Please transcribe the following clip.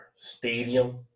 stadium